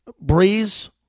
Breeze